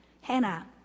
Hannah